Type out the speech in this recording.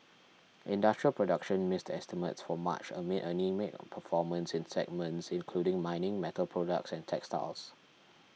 industrial production missed estimates for March amid anaemic performance in segments including mining metal products and textiles